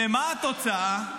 ומה התוצאה?